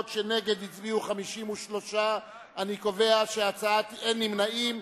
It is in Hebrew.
נגד הצביעו 53, אין נמנעים.